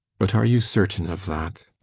but are you certain of that?